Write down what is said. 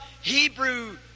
Hebrew